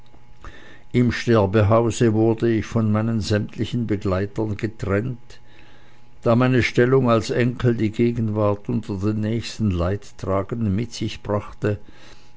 im sterbehause wurde ich von meinen sämtlichen begleitern getrennt da meine stellung als enkel die gegenwart unter den nächsten leidtragenden mit sich brachte